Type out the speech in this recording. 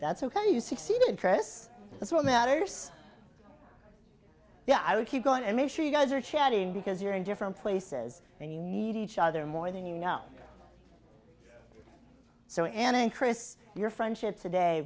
that's ok you succeeded chris that's what matters yeah i would keep going and make sure you guys are chatting because you're in different places and you need each other more than you know so and chris your friendship today